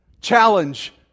Challenge